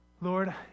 Lord